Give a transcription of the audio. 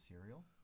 cereal